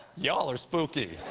y'all are spooky.